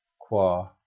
qua